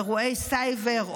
אירועי סייבר,